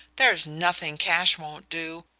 there's nothing cash won't do.